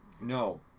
no